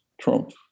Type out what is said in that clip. Trump